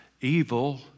evil